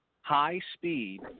high-speed